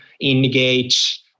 engage